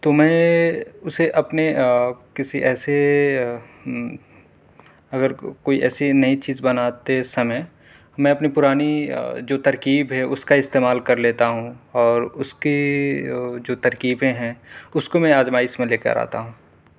تو میں اسے اپنے کسی ایسے اگر کوئی ایسی نئی چیز بناتے سمے میں اپنی پرانی جو ترکیب ہے اس کا استعمال کر لیتا ہوں اور اس کی جو ترکیبیں ہے اس کو میں آزمائش میں لے کر آتا ہوں